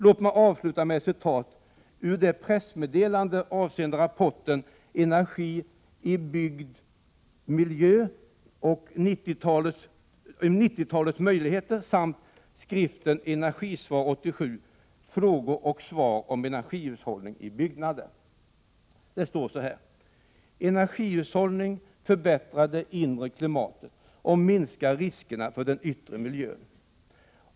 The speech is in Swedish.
Låt mig avsluta med ett citat ur pressmeddelandet avseende rapporten Energi i byggd miljö — 90-talets möjligheter och skriften Energisvar 87 — frågor och svar om energihushållning i byggnader: ”Energihushållning förbättrar det inre klimatet och minskar riskerna för den yttre miljön.